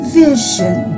vision